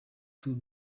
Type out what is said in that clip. tour